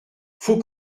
faut